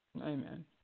Amen